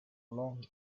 long